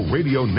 Radio